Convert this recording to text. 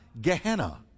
Gehenna